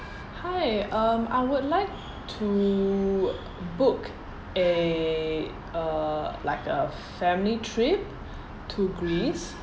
hi um I would like to book a uh like a family trip to greece